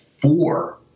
four